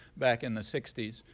back in the sixty s.